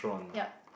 yup